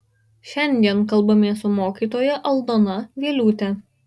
šiandien kalbamės su mokytoja aldona vieliūte